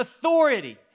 authority